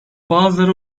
bazıları